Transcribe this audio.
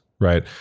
Right